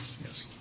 Yes